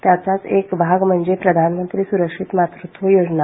त्याचाच एक भाग म्हणजे प्रधानमंत्री सुरक्षित मातृत्व योजना